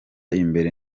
imbere